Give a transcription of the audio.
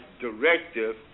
directive